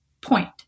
point